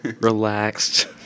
relaxed